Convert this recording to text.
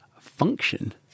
function